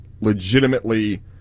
legitimately